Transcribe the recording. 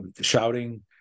shouting